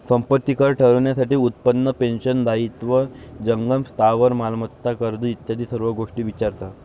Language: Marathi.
संपत्ती कर ठरवण्यासाठी उत्पन्न, पेन्शन, दायित्व, जंगम स्थावर मालमत्ता, कर्ज इत्यादी सर्व गोष्टी विचारतात